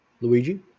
Luigi